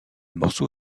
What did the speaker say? morceau